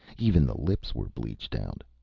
even the lips were bleached out.